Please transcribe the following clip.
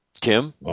Kim